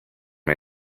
may